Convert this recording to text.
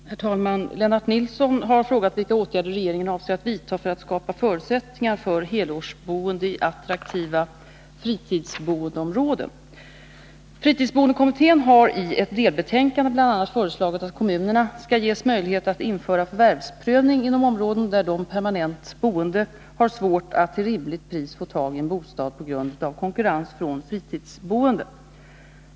Herr talman! Lennart Nilsson har frågat vilka åtgärder regeringen avser vidta för att skapa förutsättningar för helårsboende i attraktiva fritidsboendeområden. Fritidsboendekommittén har i ett delbetänkände bl.a. föreslagit att kommunerna skall ges möjlighet att införa förvärvsprövning inom områden där de permanent boende har svårt att till rimligt pris få tag i en bostad på grund av konkurrens från fritidsboende.